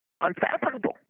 unfathomable